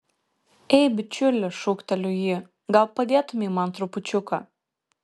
ei bičiuli šūkteliu jį gal padėtumei man trupučiuką